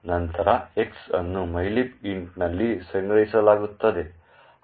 ನಂತರ X ಅನ್ನು mylib int ನಲ್ಲಿ ಸಂಗ್ರಹಿಸಲಾಗುತ್ತದೆ